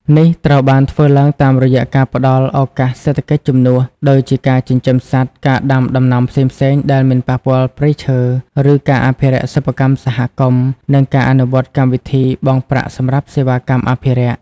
នេះត្រូវបានធ្វើឡើងតាមរយៈការផ្តល់ ឱកាសសេដ្ឋកិច្ចជំនួស (ដូចជាការចិញ្ចឹមសត្វ ការដាំដំណាំផ្សេងៗដែលមិនប៉ះពាល់ព្រៃឈើ ឬការអភិវឌ្ឍសិប្បកម្មសហគមន៍) និងការអនុវត្តកម្មវិធី បង់ប្រាក់សម្រាប់សេវាកម្មអភិរក្ស ។